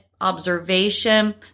observation